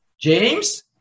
James